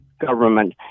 government